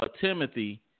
Timothy